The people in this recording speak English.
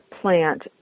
plant